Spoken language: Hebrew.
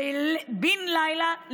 בן לילה,